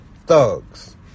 thugs